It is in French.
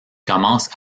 commence